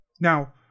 Now